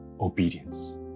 obedience